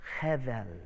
Hevel